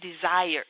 desires